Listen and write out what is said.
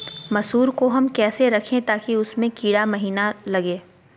मसूर को हम कैसे रखे ताकि उसमे कीड़ा महिना लगे?